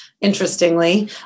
interestingly